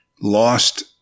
lost